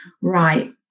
right